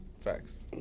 Facts